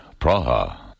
Praha